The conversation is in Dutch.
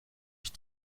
zich